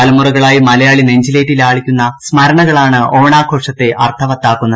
തലമുറകളായി മലയാളി നെഞ്ചിലേറ്റി ലാളിക്കൂന്ന് സ്മരണകളാണ് ഓണാഘോഷത്തെ അർത്ഥവത്താക്കുന്നത്